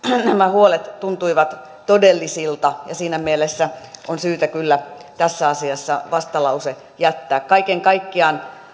huolet tuntuivat todellisilta siinä mielessä on syytä kyllä tässä asiassa vastalause jättää kaiken kaikkiaan